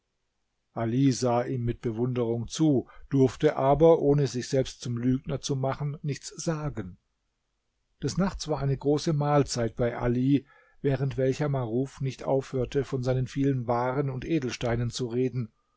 sah ihm mit bewunderung zu durfte aber ohne sich selbst zum lügner zu machen nichts sagen des nachts war eine große mahlzeit bei ali während welcher maruf nicht aufhörte von seinen vielen waren und edelsteinen zu reden